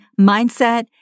mindset